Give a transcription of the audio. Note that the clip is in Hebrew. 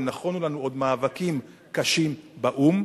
ונכונו לנו עוד מאבקים קשים באו"ם.